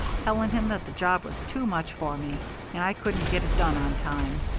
telling him that the job was too much for me and i couldn't get it done on time.